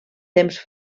temps